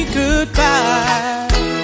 goodbye